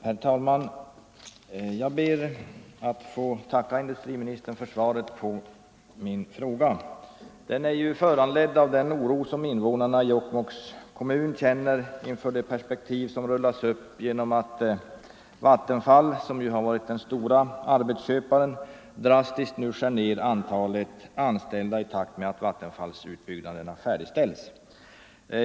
Herr talman! Jag ber att få tacka industriministern för svaret på min fråga. Den är föranledd av den oro som invånarna i Jokkmokks kommun känner inför de perspektiv som rullas upp genom att Vattenfall — som har varit den stora arbetsköparen — drastiskt skär ner antalet anställda i takt med att vattenfallsutbyggnaderna färdigställs.